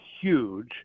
huge